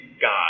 God